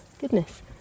Goodness